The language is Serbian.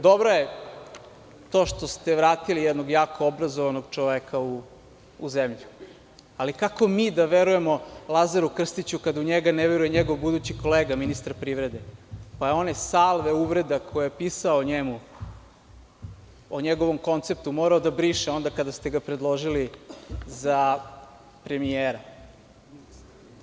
Dobro je to što ste vratili jednog jakog obrazovanog čoveka u zemlju, ali kako mi da verujemo Lazaru Krstiću, kada u njega ne veruje njegov budući kolega, ministar privrede, pa je one salve uvreda koje je pisao o njemu, o njegovom konceptu, morao da briše onda kada ste ga predložili za ministra?